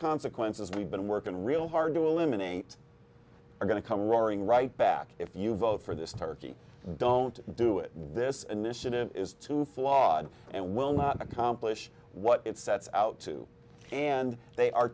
consequences we've been working real hard to eliminate we're going to come roaring right back if you vote for this turkey don't do it this initiative is too flawed and will not accomplish what it sets out to and they are